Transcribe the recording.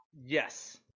Yes